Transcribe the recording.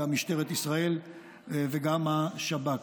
גם משטרת ישראל וגם השב"כ.